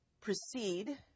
proceed